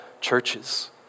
churches